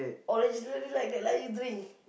originally like that like you drink